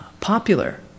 popular